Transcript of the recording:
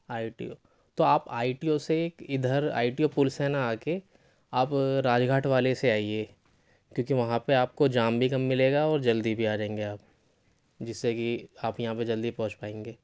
آئی T O تو آپ I T O سے اِدھر آئی ٹی او پُل سے نہ آکے آپ راج گھاٹ والے سے آئیے کیونکہ وہاں پہ آپ کو جام بھی کم ملے گا اور جلدی بھی آجائیں گے آپ جس سے کہ آپ یہاں پہ جلدی پہنچ پائیں گے